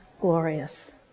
glorious